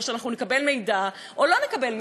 שלפיו אנחנו נקבל מידע או לא נקבל מידע.